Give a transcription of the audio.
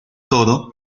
todo